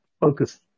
focus